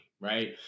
right